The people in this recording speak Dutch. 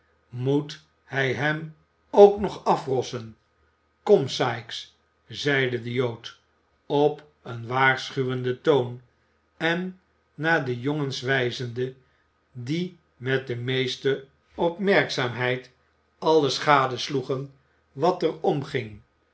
moet hij hem ook nog afrossen kom sikes zeide de jood op een waarschuvvenden toon en naar de jongens wijzende die met de meeste opmerkzaamheid alles gadesloegen wat er omging